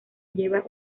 lleva